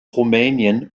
rumänien